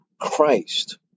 Christ